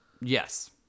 Yes